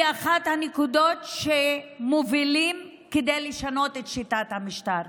היא אחת הנקודות שמובילים כדי לשנות את שיטת המשטר.